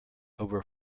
over